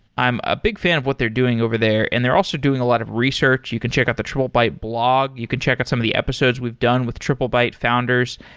i'm a big fan of what they're doing over there and they're also doing a lot of research. you can check out the triplebyte blog. you can check out some of the episodes we've done with triplebyte founders.